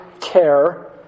care